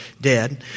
dead